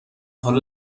حالا